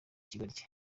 ikigoryi